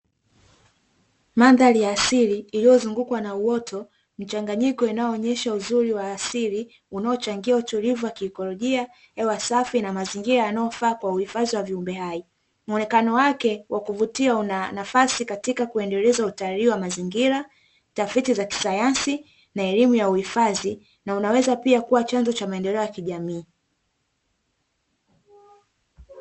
Mandhari ya asili iliyozungukwa na uoto mchanganyiko inayoonyesha uzuri wa asili unaochangia utulivu wa kiekolojia, hewa safi, na mazingira yanayofaa kwa uhifadhi wa viumbe hai. Muonekano wake wa kuvutia una nafasi katika kuendeleza utalii wa mazingira, tafiti za kisayansi, na elimu ya uhifadhi, na unaweza pia kuwa chanzo cha maendeleo ya kijamii.